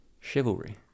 Chivalry